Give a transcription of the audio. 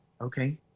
okay